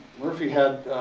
murphy had